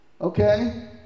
Okay